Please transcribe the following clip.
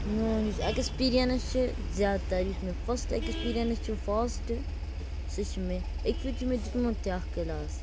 میون یُس ایٚکِسپیٖریَنٕس چھُ زیادٕ تَر یُس مےٚ فٔسٹ ایٚکِسپیٖریَنٕس چھُ فاسٹ اکہِ پھِرِ چھُ مےٚ دیُتمُت تہِ اکھ کلاس